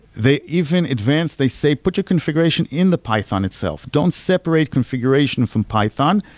they even, advance they say, put your configuration in the python itself. don't separate configuration from python.